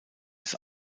des